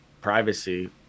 privacy